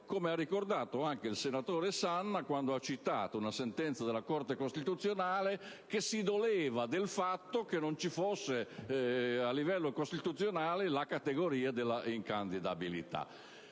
come ha ricordato anche il senatore Sanna quando ha citato una sentenza della Corte costituzionale che si doleva del fatto che non ci fosse a livello costituzionale la categoria della incandidabilità.